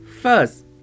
first